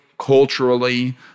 culturally